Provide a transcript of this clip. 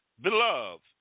Beloved